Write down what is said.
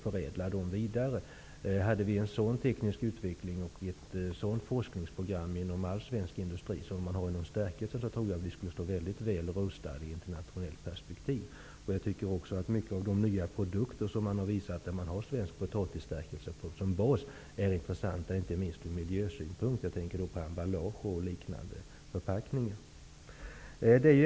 Skulle vi ha en sådan teknisk utveckling och ett sådant forskningsprogram inom all svensk industri som man har inom stärkelseindustrin tror jag att vi skulle vara mycket väl rustade i ett interantionellt perspektiv. Många av de nya produkter där svensk potatisstärkelse är basen är intressanta, inte minst ur miljösynpunkt. Jag tänker på olika typer av förpackningar.